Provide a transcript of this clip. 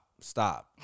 Stop